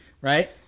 Right